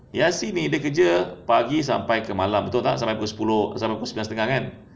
yasin ni dia kerja pagi sampai ke malam betul tak sampai pukul sepuluh sampai pukul sembilan setengah kan